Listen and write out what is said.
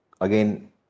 again